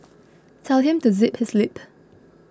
tell him to zip his lip